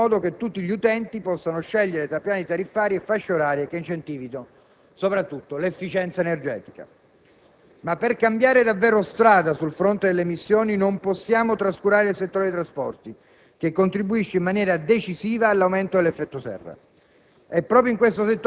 intervengano in modo che tutti gli utenti possano scegliere tra piani tariffari e fasce orarie che incentivino soprattutto l'efficienza energetica. Ma per cambiare davvero strada sul fronte delle emissioni non possiamo trascurare il settore trasporti, che contribuisce, in maniera decisiva, all'aumento dell'effetto serra.